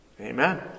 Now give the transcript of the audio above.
Amen